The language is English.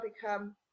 become